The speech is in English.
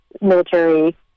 military